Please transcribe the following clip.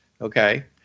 Okay